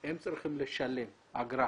הם צריכים לשלם אגרה